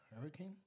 hurricane